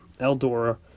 Eldora